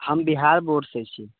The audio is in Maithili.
हम बिहार बोर्डसँ छी